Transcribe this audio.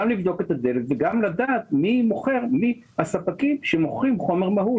לבדוק את הדלק וגם לדעת מי הספקים שמוכרים חומר מהול,